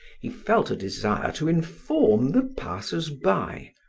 he felt a desire to inform the passers-by,